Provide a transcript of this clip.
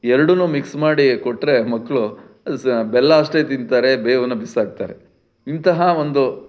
ಎರಡೂ ಮಿಕ್ಸ್ ಮಾಡಿ ಕೊಟ್ಟರೆ ಮಕ್ಕಳು ಸಹಾ ಬೆಲ್ಲ ಅಷ್ಟೇ ತಿಂತಾರೆ ಬೇವನ್ನು ಬಿಸಾಕ್ತಾರೆ ಇಂತಹ ಒಂದು